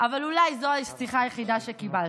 אבל אולי זו השיחה היחידה שקיבלת.